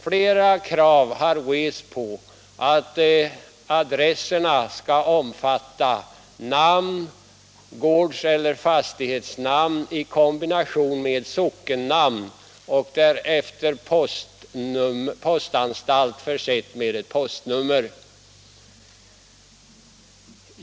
Flera krav har rests på att adresserna skall omfatta namn, gårds eller fastighetsnamn i kombination med sockennamn och därefter postanstalt försedd med postnummer.